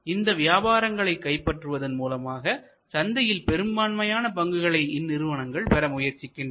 இந்த வியாபாரங்களை கைப்பற்றுவதன் மூலமாக சந்தையில் பெரும்பான்மையான பங்குகளை இந்நிறுவனங்கள் பெற முயற்சிக்கின்றனர்